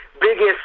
biggest